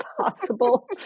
possible